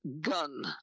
gun